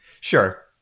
sure